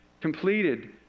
completed